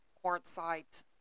quartzite